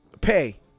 Pay